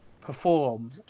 perform